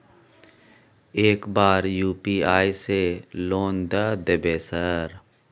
एक बार यु.पी.आई से लोन द देवे सर?